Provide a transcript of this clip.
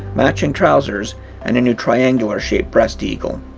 matching trousers and a new triangular shaped breast eagle.